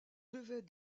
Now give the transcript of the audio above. devait